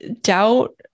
doubt